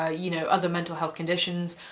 ah you know, other mental health conditions,